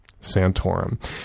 santorum